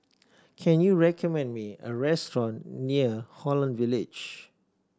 can you recommend me a restaurant near Holland Village